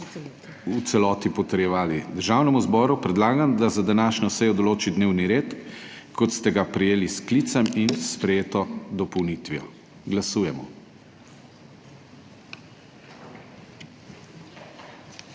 v celoti potrjevali. Državnemu zboru predlagam, da za današnjo sejo določi dnevni red, kot ga je prejel s sklicem in s sprejeto dopolnitvijo. Glasujemo.